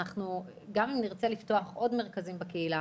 גם אם נרצה לפתוח עוד מרכזים בקהילה,